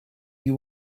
you